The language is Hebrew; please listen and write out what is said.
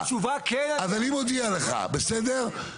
בסדר?